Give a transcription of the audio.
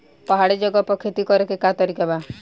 पहाड़ी जगह पर खेती करे के का तरीका बा?